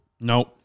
Nope